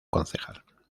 concejal